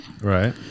Right